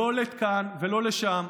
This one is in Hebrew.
לא לכאן ולא לשם.